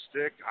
stick